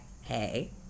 hey